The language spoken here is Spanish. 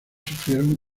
sufrieron